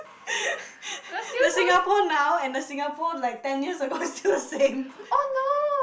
the Singapore now and the Singapore like ten years ago still the same